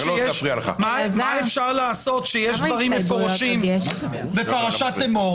מה אפשר לעשות שיש דברים מפורשים בפרשת אמור?